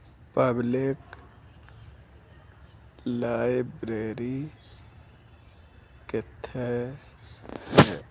public library ਕਿੱਥੇ